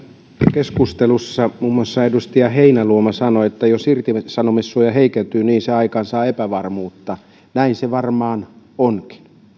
keskustelussa muun muassa edustaja heinäluoma sanoi että jos irtisanomissuoja heikentyy niin se aikaansaa epävarmuutta näin se varmaan onkin